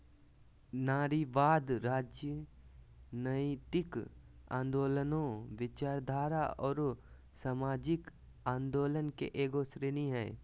नारीवाद, राजनयतिक आन्दोलनों, विचारधारा औरो सामाजिक आंदोलन के एगो श्रेणी हइ